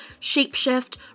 Shapeshift